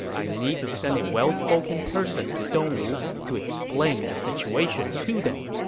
i need to send a well-spoken person to dongwu to explain the situation to them.